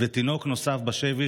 תינוק נוסף בשבי,